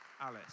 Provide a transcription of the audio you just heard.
Alice